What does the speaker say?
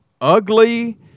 ugly